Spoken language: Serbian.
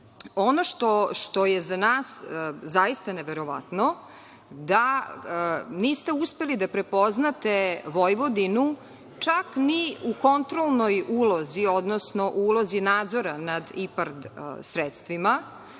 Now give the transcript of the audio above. što je za nas zaista neverovatno, da niste uspeli da prepoznate Vojvodinu čak ni u kontrolnoj ulozi, odnosno ulozi nadzora nad IPARD sredstvima,